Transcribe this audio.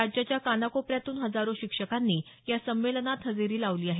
राज्याच्या काना कोपऱ्यातून हजारो शिक्षकांनी या संमेलनात हजेरी लावली आहे